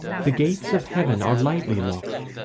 the gates of heaven are lightly locked,